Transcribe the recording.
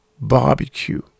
barbecue